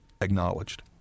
acknowledged